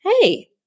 hey